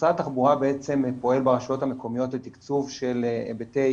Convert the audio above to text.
משרד התחבורה פועל ברשויות המקומיות לתקצוב של היבטי